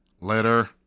Later